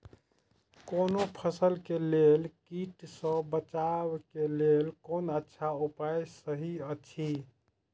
कोनो फसल के लेल कीट सँ बचाव के लेल कोन अच्छा उपाय सहि अछि?